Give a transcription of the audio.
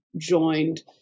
joined